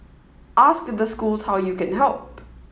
ask the schools how you can help